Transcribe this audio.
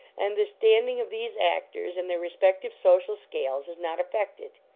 and the standing of these actors, in their respective social scales, is not affected.